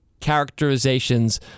characterizations